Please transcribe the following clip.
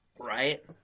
Right